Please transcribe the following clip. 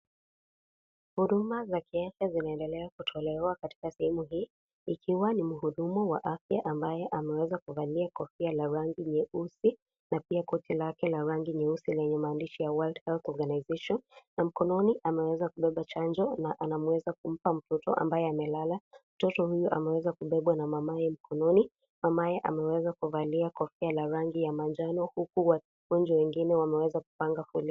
Huduma za afya zinendelea kutolewa katika sehemu hii ikiwa ni mhudumu wa afya ambaye ameweza kuvalia kofia la rangi nyeusi na pia koti lake lenye rangi nyeusi lenye maandishi ya World Health Organisation na mkononi ameweza kubeba chanjo na anampa mtoto ambaye amelala. Mtoto huyu ameweza kubebwa na mamaye mkononi. Mamaye ameweza kuvalia kofia la rangi ya manjano huku wagonjwa wengine wameweza kupanga foleni.